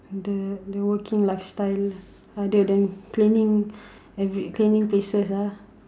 the the working lifestyle other than cleaning every cleaning places ah